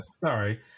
Sorry